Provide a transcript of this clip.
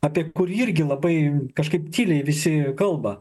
apie kurį irgi labai kažkaip tyliai visi kalba